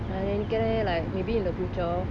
நான் நெனைக்கிறேன்:naan nenaikiran like maybe in the future